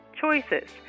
Choices